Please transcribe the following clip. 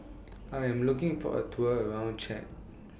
I Am looking For A Tour around Chad